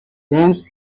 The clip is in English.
dense